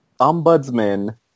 Ombudsman